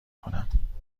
کنم